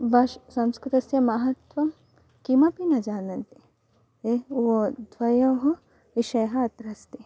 भाषा संस्कृतस्य महत्त्वं किमपि न जानन्ति ये वा द्वयोः विषयोः अत्र अस्ति